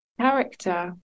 character